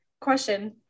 question